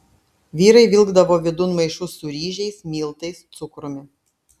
vyrai vilkdavo vidun maišus su ryžiais miltais cukrumi